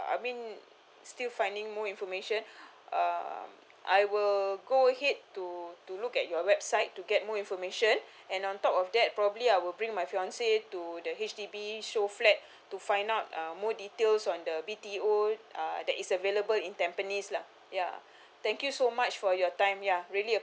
I mean still finding more information uh I will go ahead to to look at your website to get more information and on top of that probably I will bring my fiance to the H_D_B show flat to find out uh more details on the B_T_O uh that is available in tampines lah ya thank you so much for your time ya really